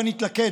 הבה נתלכד,